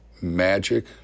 magic